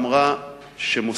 וההחלטה אמרה שהמוסדות,